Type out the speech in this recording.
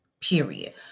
period